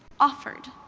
offered,